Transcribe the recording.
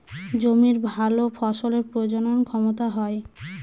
জমির ভালো ফসলের প্রজনন ক্ষমতা হয়